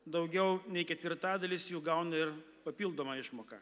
daugiau nei ketvirtadalis jų gauna ir papildomą išmoką